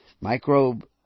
microbe